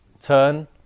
Turn